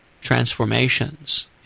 transformations